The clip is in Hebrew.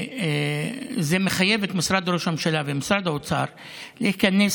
זה מחייב את משרד ראש הממשלה ומשרד האוצר להיכנס